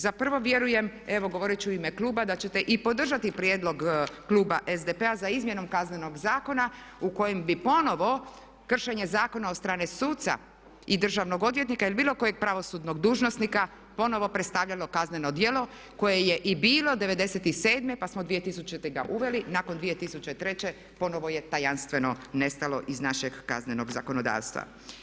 Za prvo vjerujem, evo govorit ću u ime kluba, da ćete i podržati prijedlog kluba SDP-a za izmjenom Kaznenog zakona u kojem bi ponovno kršenje zakona od strane suca i državnog odvjetnika ili bilo kojeg pravosudnog dužnosnika ponovno predstavljalo kazneno djelo koje je i bilo '97. pa smo 2000. ga uveli, nakon 2003. ponovno je tajanstveno nestalo iz našeg kaznenog zakonodavstva.